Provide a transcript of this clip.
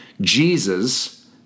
Jesus